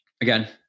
Again